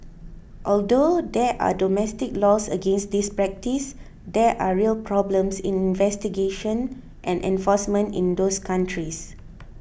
although there are domestic laws against this practice there are real problems in investigation and enforcement in those countries